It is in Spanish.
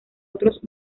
otros